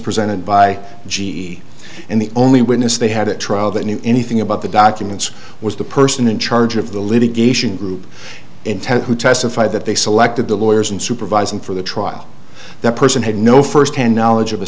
presented by g e and the only witness they had at trial that knew anything about the documents was the person in charge of the litigation group intent who testified that they selected the lawyers and supervising for the trial that person had no firsthand knowledge of a